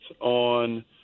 on